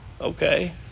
Okay